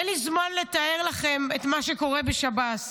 אין לי זמן לתאר לכם את מה שקורה בשב"ס